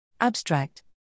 Abstract